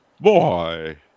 Boy